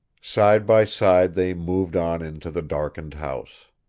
side by side they moved on into the darkened house.